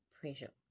pressure